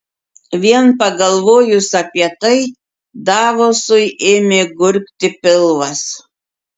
vien pagalvojus apie tai davosui ėmė gurgti pilvas